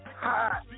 hot